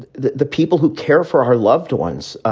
the the people who care for our loved ones.